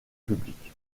public